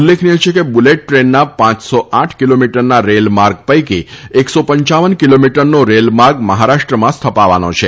ઉલ્લેખનીય છે કે બુલેટ દ્રેનના કુલ પાંચસો આઠ કીલોમીટરના રેલમાર્ગ પૈકી એકસો પંચાવન કિલોમીટરનો રેલ માર્ગ મહારાષ્ટ્રમાં સ્થપાવવાનો છે